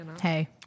hey